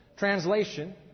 Translation